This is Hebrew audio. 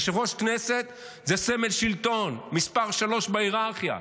יושב-ראש הכנסת זה סמל שלטון, מס' שלוש בהיררכיה.